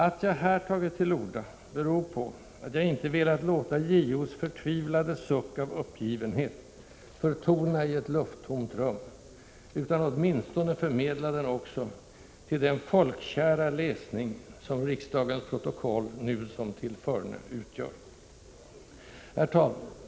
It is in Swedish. Att jag här har tagit till orda beror på att jag inte velat låta JO:s förtvivlade suck av uppgivenhet förtona i ett lufttomt rum, utan åtminstone förmedla den också till den folkkära läsning, som riksdagens protokoll nu som tillförne utgör. Herr talman!